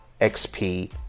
XP